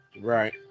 Right